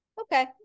okay